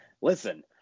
listen